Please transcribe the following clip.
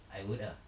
I would ah